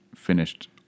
finished